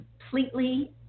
completely